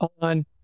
on